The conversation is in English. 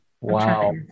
Wow